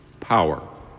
power